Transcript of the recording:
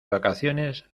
vacaciones